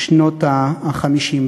שנות ה-50.